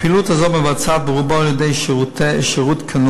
הפעילות הזאת מתבצעת ברובה על-ידי שירות קנוי,